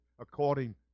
according